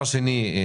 דבר נוסף,